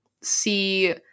see